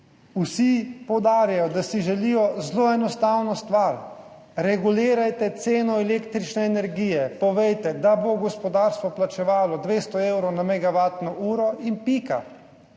Vsi poudarjajo, da si želijo zelo enostavno stvar – regulirajte ceno električne energije. Povejte, da bo gospodarstvo plačevalo 200 evrov za megavatno uro in pika